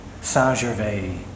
Saint-Gervais